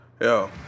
yo